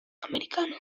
americano